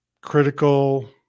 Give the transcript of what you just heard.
critical